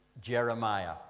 Jeremiah